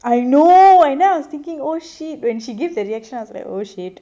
I know and then I was thinking oh shit when she give the reaction I was like oh shit